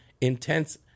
intense